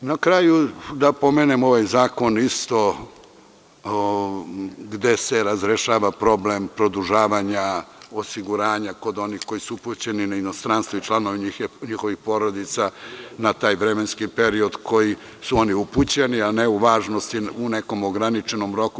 Na kraju, da pomenem ovaj zakon gde se razrešava problem produžavanja osiguranja kod onih koji su upućeni na inostranstvo i članova njihovih porodica na taj vremenski period na koji su upućeni, a ne u nekom ograničenom roku.